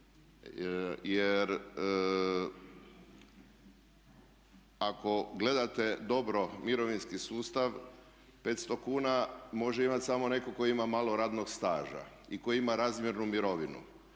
jer ako gledate dobro mirovinski sustav 500 kn može imati samo netko tko ima malo radnog staža i koji ima razmjernu mirovinu.